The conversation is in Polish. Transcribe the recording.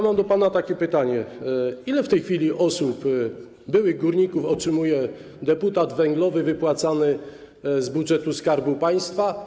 Mam do pana takie pytanie: Ile w tej chwili osób, byłych górników otrzymuje deputat węglowy wypłacany z budżetu Skarbu Państwa?